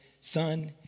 son